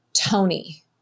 Tony